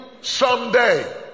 someday